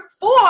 four